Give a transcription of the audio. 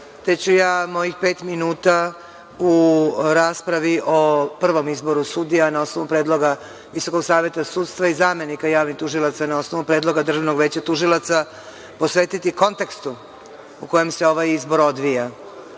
te ću ja mojih pet minuta u raspravi o prvom izboru sudija na osnovu predloga VSS i zamenika javnih tužilaca na osnovu predloga Državnog veća tužilaca posvetiti kontekstu u kojem se ovaj izbor odbija,